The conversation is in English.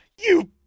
You—